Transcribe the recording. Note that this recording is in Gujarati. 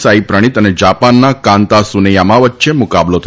સાંઈપ્રણિત અને જાપાનના કાન્તા સુનેયામા વચ્ચે મુકાબલો થશે